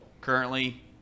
Currently